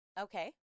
okay